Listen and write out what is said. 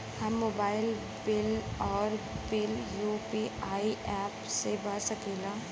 हम mobile bill और bill UPI app से भर सकिला